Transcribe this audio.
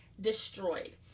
destroyed